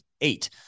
eight